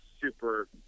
super